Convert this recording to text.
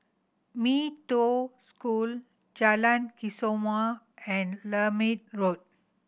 Mee Toh School Jalan Kesoma and Lermit Road